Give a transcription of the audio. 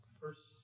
first